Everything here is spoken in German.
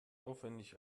aufwendig